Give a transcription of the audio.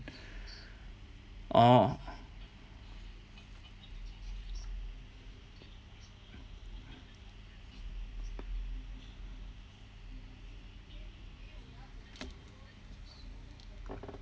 orh